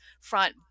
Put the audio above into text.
front